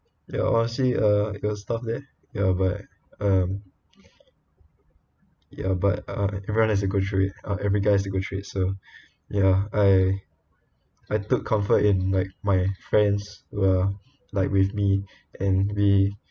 ya honestly uh stuff there ya but um ya but uh everyone has to go through it uh every guy has to go through it so ya I I took comfort in like my friends who are like with me and we